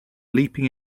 leaping